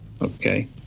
okay